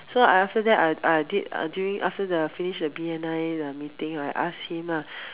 so I after that I I did a during after the finish the B_N_I the meeting right I ask him lah